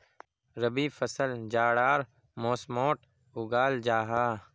रबी फसल जाड़ार मौसमोट उगाल जाहा